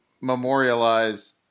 memorialize